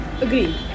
Agree